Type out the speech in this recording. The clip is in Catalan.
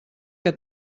que